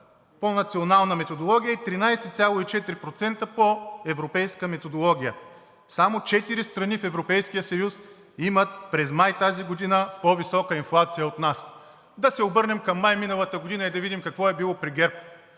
по национална методология и 13,4% по европейска методология. Само четири страни в Европейския съюз имат през май тази година по-висока инфлация от нас. Да се обърнем към месец май миналата година и да видим какво е било при ГЕРБ.